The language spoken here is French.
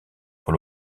pour